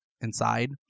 inside